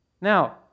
Now